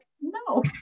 no